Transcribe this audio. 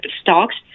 stocks